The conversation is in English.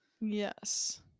Yes